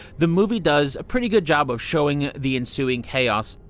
the movie does a pretty good job of showing the ensuing chaos.